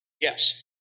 Yes